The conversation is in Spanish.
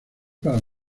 para